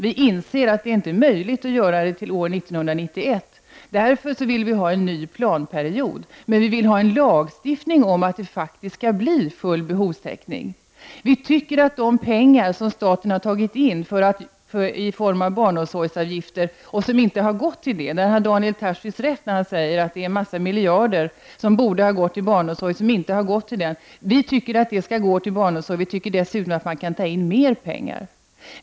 Vi inser dock att det inte är möjligt att åstadkomma detta till år 1991. Därför vill vi ha en ny planperiod. Vad vi vill ha är en lagstiftning om att man faktiskt måste åstadkomma full behovstäckning. De pengar som staten har tagit in i form av barnomsorgsavgifter och som inte har gått till barnomsorgen -- Daniel Tarschys har rätt när han säger att det är många miljarder som borde ha gått till barnomsorgen -- tycker vi skall gå till barnomsorgen. Dessutom tycker vi att man kan ta in mera pengar.